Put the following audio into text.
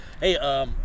Hey